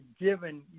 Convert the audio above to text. given